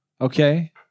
Okay